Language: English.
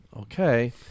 Okay